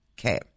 Okay